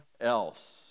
else